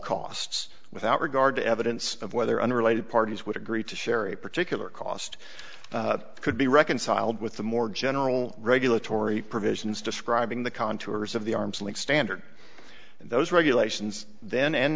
costs without regard to evidence of whether unrelated parties would agree to share a particular cost could be reconciled with the more general regulatory provisions describing the contours of the arm's length standard those regulations then and